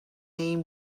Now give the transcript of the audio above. این